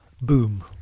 boom